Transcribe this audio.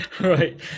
Right